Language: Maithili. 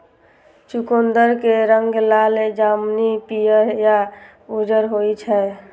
चुकंदर के रंग लाल, जामुनी, पीयर या उज्जर होइ छै